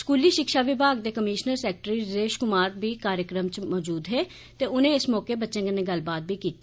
school षिक्षा विभाग दे कमीष्नर सैकटरी हृदेष कुमार बी कार्यक्रम च मौजूद हे ते उनें इस मौके बच्चें कन्नै गल्लबात बी कीती